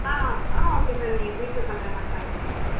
ஆ ஆ okay sir நீங்கள் GPay பண்ணுறதனாலும் பண்ணிடலாம் சார்